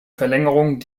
verlängerung